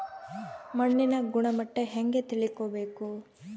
ಮಣ್ಣಿನ ಗುಣಮಟ್ಟ ಹೆಂಗೆ ತಿಳ್ಕೊಬೇಕು?